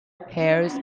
pears